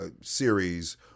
series